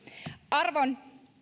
arvon